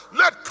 let